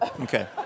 Okay